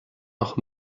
noch